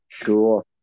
cool